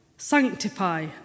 Sanctify